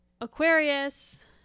Aquarius